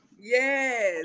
Yes